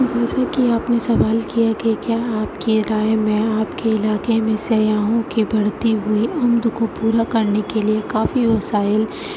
جیسا کہ آپ نے سوال کیا ہے کہ کیا آپ کی رائے میں آپ کے علاقہ میں سیاحوں کی بڑھتی ہوئی عمد کو پورا کرنے کے لیے کافی وسائل